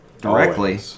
directly